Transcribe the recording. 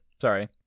Sorry